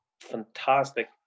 fantastic